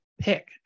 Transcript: pick